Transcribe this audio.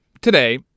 today